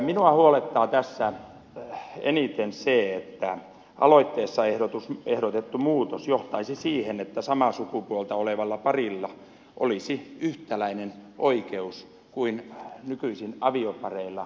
minua huolettaa tässä eniten se että aloitteessa ehdotettu muutos johtaisi siihen että samaa sukupuolta olevalla parilla olisi yhtäläinen oi keus vierasadoptioon kuin nykyisin aviopareilla